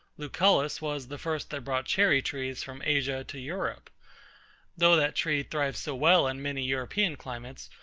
lucullus was the first that brought cherry-trees from asia to europe though that tree thrives so well in many european climates,